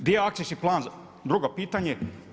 Gdje je akcijski plan, drugo pitanje.